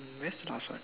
miss thousand